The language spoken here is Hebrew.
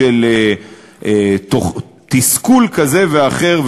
של תסכול כזה או אחר,